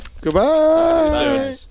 Goodbye